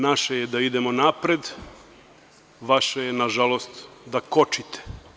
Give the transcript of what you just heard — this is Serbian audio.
Naše je da idemo napred, vaše je, nažalost, da kočite.